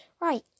right